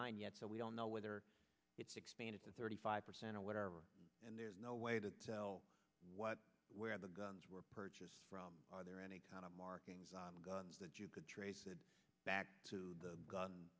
nine yet so we don't know whether it's expanded to thirty five percent or whatever and there's no way to tell what where the guns were purchased from are there any kind of markings on the guns that you could trace it back to the gun